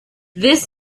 this